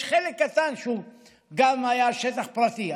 יש חלק קטן שהוא היה שטח פרטי,